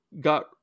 got